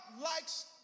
likes